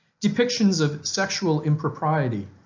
depictions of sexual impropriety,